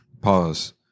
pause